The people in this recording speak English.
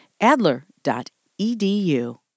Adler.edu